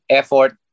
effort